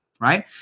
right